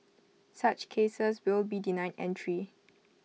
such cases will be denied entry